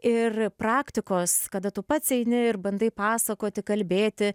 ir praktikos kada tu pats eini ir bandai pasakoti kalbėti